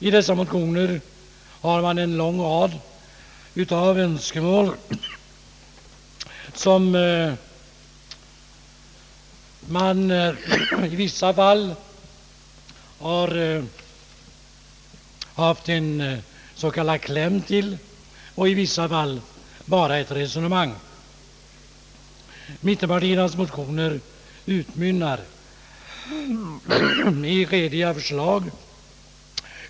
I dessa motioner finns det en lång rad önskemål som man i vissa fall haft en s.k. kläm till och i andra fall endast fört ett resonemang kring. Mittenpartiernas motioner utmynnar i rediga förslag.